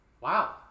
wow